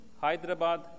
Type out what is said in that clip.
Hyderabad